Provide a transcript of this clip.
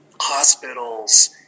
hospitals